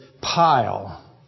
pile